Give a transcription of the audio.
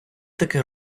таке